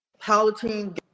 Palatine